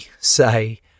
say